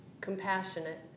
compassionate